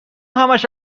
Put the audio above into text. همش